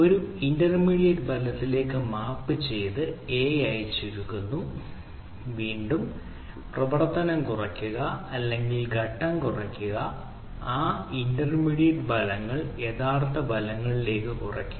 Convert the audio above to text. ഒരു ഇന്റർമീഡിയറ്റ് ഫലത്തിലേക്ക് മാപ്പുചെയ്ത് a ആയി ചുരുക്കുന്നു വീണ്ടും പ്രവർത്തനം കുറയ്ക്കുക അല്ലെങ്കിൽ ഘട്ടം കുറയ്ക്കുക ആ ഇന്റർമീഡിയറ്റ് ഫലങ്ങൾ യഥാർത്ഥ ഫലങ്ങളിലേക്ക് കുറയ്ക്കുക